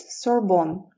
Sorbonne